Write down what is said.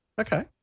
Okay